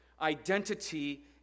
identity